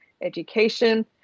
education